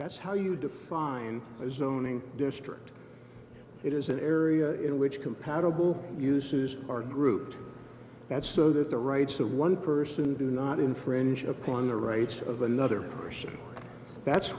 that's how you define as zoning district it is an area in which compatible uses are grouped that so that the rights of one person do not infringe upon the rates of another person that's